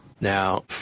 Now